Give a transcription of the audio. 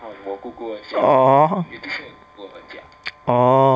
oh oh